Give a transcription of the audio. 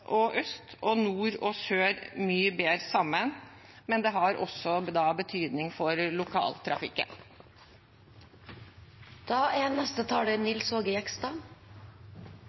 og øst og nord og sør mye bedre sammen, men det har også betydning for lokaltrafikken. Dette er